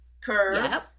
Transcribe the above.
curve